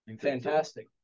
Fantastic